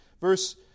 Verse